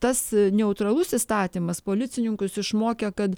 tas neutralus įstatymas policininkus išmokė kad